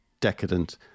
decadent